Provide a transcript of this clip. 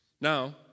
Now